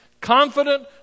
Confident